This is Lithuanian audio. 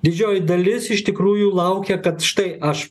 didžioji dalis iš tikrųjų laukia kad štai aš